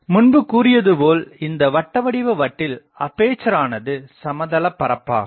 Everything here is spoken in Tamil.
முன்பு கூறியது போல் இந்த வட்டவடிவ வட்டில் அப்பேசர் ஆனது சமதளப்பரப்பாகும்